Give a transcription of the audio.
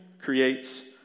creates